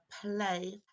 play